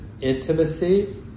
intimacy